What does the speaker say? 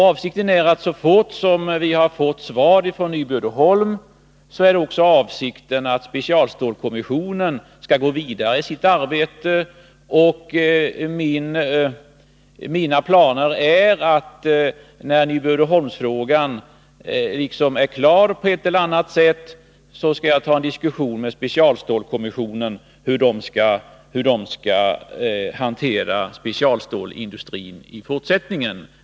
Avsikten är att så fort vi har fått svar från Nyby Uddeholm skall specialstålskommissionen gå vidare i sitt arbete. Mina planer går ut på att när Nyby-Uddeholmsfrågan är avslutad, på ett eller annat sätt, skall jag ta upp en diskussion med specialstålskommissionen om hur den skall hantera frågan om specialstålsindustrin i fortsättningen.